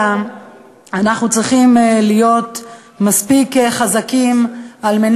אלא אנחנו צריכים להיות מספיק חזקים כדי